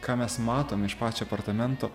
ką mes matom iš pačio apartamento